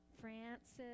Francis